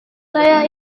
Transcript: saya